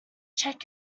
check